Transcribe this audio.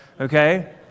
Okay